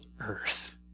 earth